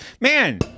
Man